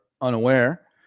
unaware